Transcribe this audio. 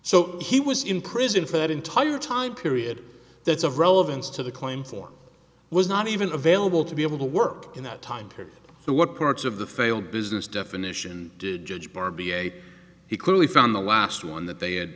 so he was in prison for that entire time period that's of relevance to the claim form was not even available to be able to work in that time period the what parts of the failed business definition did judge bar b a he clearly from the last one that they had